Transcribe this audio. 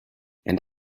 and